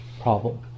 problem